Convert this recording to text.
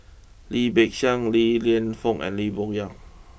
Lim Peng Siang Li Lienfung and Lim Bo Yam